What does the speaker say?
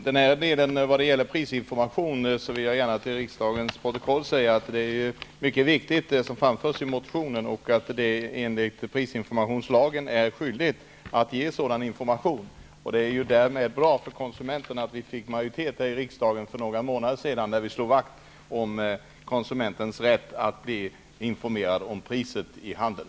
Herr talman! När det gäller prisinformation vill jag till riksdagens protokoll få säga att det som framförs i motionen är mycket viktigt och att det enligt prisinformationslagen föreligger en skyldighet att ge sådan information. Det är därför bra för konsumenten att vi fick majoritet i riksdagen för några månader sedan för att slå vakt om konsumentens rätt att bli informerad om priset i handeln.